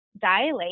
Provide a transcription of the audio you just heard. dilate